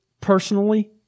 personally